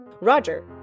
Roger